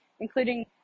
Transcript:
including